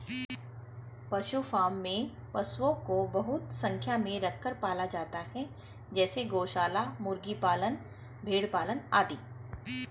पशु फॉर्म में पशुओं को बहुत संख्या में रखकर पाला जाता है जैसे गौशाला, मुर्गी पालन, भेड़ पालन आदि